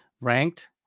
ranked